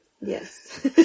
Yes